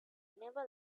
never